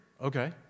Okay